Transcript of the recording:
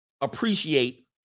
appreciate